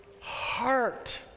heart